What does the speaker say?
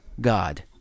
God